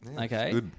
okay